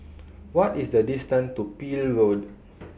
What IS The distance to Peel Road